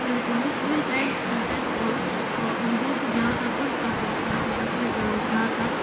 یُس تُل tenth tenth اوس بہٕ ٲسٕس زیادٕ تر تھٔتھۍ سَبجیکٹیسٕے زیادٕ تر